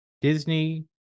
Disney